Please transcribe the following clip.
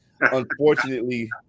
unfortunately